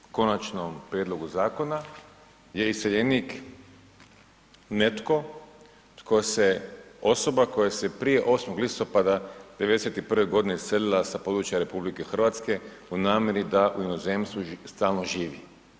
Prema ovom Konačnom prijedlogu zakona je iseljenik netko tko se, osoba koja se prije 8. listopada '91.g. iselila sa područja RH u namjeri da u inozemstvu stalno živi.